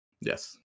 yes